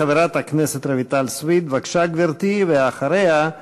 חברת הכנסת רויטל סויד, בבקשה, גברתי, ואחריה,